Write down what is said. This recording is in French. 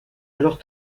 alors